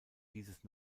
dieses